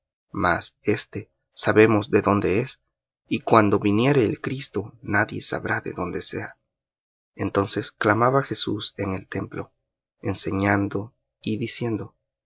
mas éste sabemos de dónde es y cuando viniere el cristo nadie sabrá de dónde sea entonces clamaba jesús en el templo enseñando y diciendo